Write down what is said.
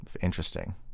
Interesting